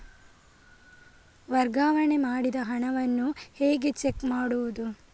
ವರ್ಗಾವಣೆ ಮಾಡಿದ ಹಣವನ್ನು ಹೇಗೆ ಚೆಕ್ ಮಾಡುವುದು?